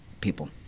people